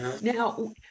Now